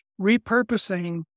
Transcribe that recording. repurposing